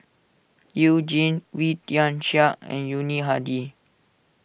You Jin Wee Tian Siak and Yuni Hadi